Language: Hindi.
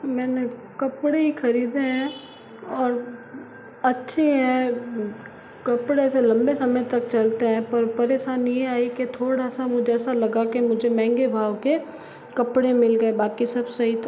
मैंने कपड़े ही खरीदे हैं और अच्छे हैं कपड़े ऐसे लंबे समय तक चलते हैं पर परेशानी यह है कि थोड़ा सा मुझे ऐसा लगा के मुझे महंगे भाव के कपड़े मिल गये बाकी सब सही था